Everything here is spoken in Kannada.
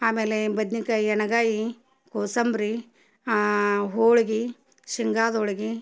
ಆಮೇಲೆ ಬದ್ನಿಕಾಯಿ ಎಣ್ಣೆಗಾಯಿ ಕೋಸಂಬರಿ ಹೋಳ್ಗೆ ಶೇಂಗಾದ ಹೋಳ್ಗಿ